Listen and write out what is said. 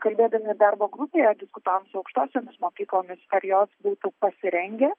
kalbėdami darbo grupėje diskutavom su aukštosiomis mokyklomis ar jos būtų pasirengę